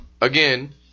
again